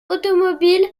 automobile